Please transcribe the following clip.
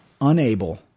unable